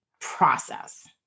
process